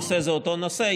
הנושא זה אותו נושא,